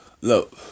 Look